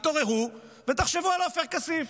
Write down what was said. התעוררו וחשבו על עופר כסיף,